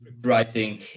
Writing